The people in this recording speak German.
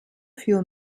für